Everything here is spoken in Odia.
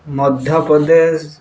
ମଧ୍ୟପ୍ରଦେଶ